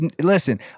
listen